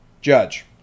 Judge